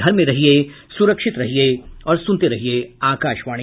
घर में रहिये सुरक्षित रहिये और सुनते रहिये आकाशवाणी